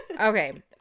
Okay